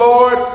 Lord